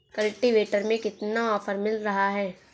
Cultivator में कितना offer मिल रहा है?